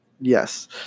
Yes